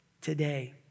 today